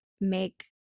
make